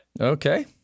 Okay